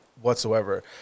whatsoever